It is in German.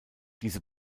diese